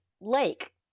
lake